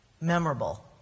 memorable